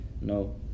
no